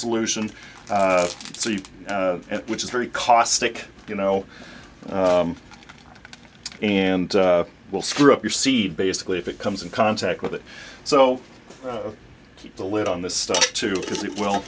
solution so you which is very caustic you know and it will screw up your seed basically if it comes in contact with it so keep the lid on this stuff too because it will